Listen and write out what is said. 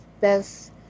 best